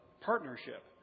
partnership